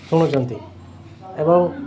ଶୁଣୁଛନ୍ତି ଏବଂ